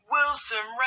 Wilson